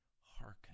hearken